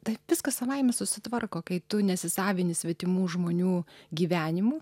taip viskas savaime susitvarko kai tu nesisavini svetimų žmonių gyvenimų